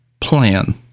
plan